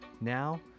Now